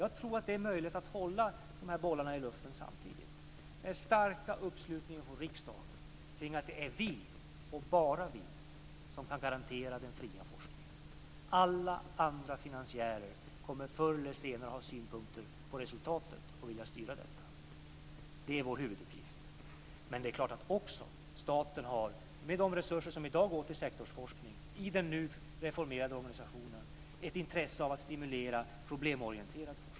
Jag tror att det är möjligt att hålla de bollarna i luften samtidigt. Det är den starka uppslutningen från riksdagen kring att det är vi, och bara vi, som kan garantera den fria forskningen. Alla andra finansiärer kommer förr eller senare att ha synpunkter på resultatet och vilja styra detta. Det är vår huvuduppgift. Staten har, med de resurser som nu går till sektorsforskning i den nu reformerade organisationen, ett intresse av att stimulera problemorienterad forskning.